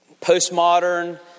postmodern